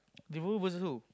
Liverpool versus who